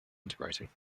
integrating